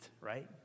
right